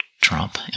Trump